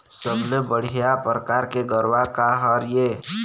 सबले बढ़िया परकार के गरवा का हर ये?